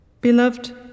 Beloved